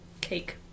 cake